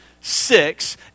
six